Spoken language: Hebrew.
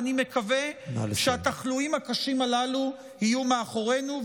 אני מקווה שהתחלואים הקשים הללו יהיו מאחורינו.